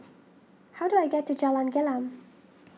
how do I get to Jalan Gelam